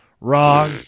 Wrong